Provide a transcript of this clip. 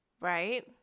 right